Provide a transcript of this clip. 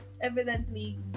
evidently